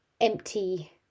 empty